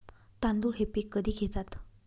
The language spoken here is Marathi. तांदूळ हे पीक कधी घेतात?